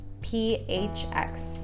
PHX